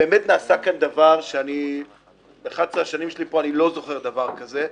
באמת נעשה כאן דבר שב-11 השנים שלי פה אני לא זוכר דבר כזה,